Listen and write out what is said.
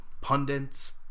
pundits